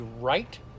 right